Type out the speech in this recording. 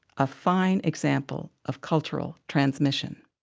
a fine example of cultural transmission.